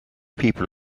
people